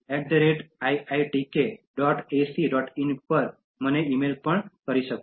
in પર આપેલી email ID પર લખી શકો છો